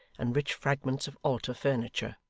and rich fragments of altar furniture.